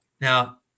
Now